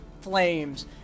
flames